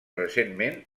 recentment